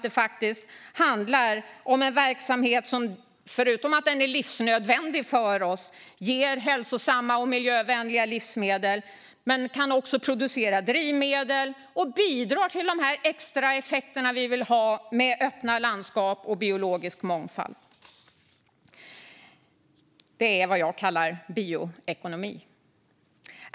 Det handlar om en verksamhet som förutom att den är livsnödvändig för oss och ger oss hälsosamma och miljövänliga livsmedel också kan producera drivmedel och bidra till de extra effekter vi vill ha med öppna landskap och biologisk mångfald. Det är vad jag kallar bioekonomi.